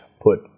put